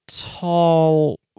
tall